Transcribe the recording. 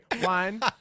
one